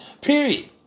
period